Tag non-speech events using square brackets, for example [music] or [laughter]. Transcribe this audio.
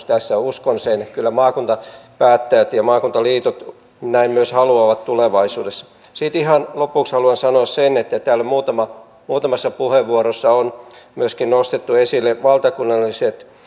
[unintelligible] tässä uskon sen kyllä maakuntapäättäjät ja maakuntaliitot näin myös haluavat tulevaisuudessa sitten ihan lopuksi haluan sanoa sen että täällä on muutamassa puheenvuorossa nostettu esille myöskin valtakunnalliset